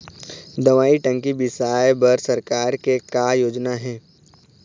दवई टंकी बिसाए बर सरकार के का योजना हे?